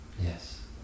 Yes